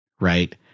right